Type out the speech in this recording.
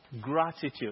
Gratitude